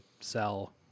sell